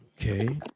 okay